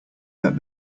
that